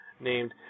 named